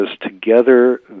together